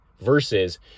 versus